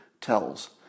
tells